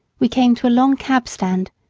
we came to a long cab stand,